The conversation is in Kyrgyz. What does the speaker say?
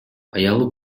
аялы